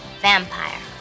Vampire